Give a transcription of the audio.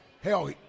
Hell